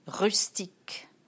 Rustique